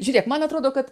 žiūrėk man atrodo kad